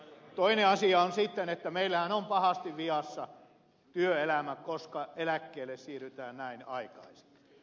toinen asia on sitten että meillähän on pahasti vialla työelämä koska eläkkeelle siirrytään näin aikaisin